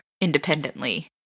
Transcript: independently